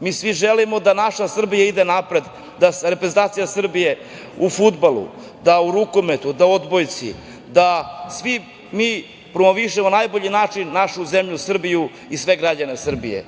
mi svi želimo da naša Srbija ide napred, da reprezentacija Srbije u fudbalu, u rukometu, u odbojci, da svi mi promovišemo na najbolji način našu zemlju Srbiju i sve građane Srbije.